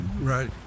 right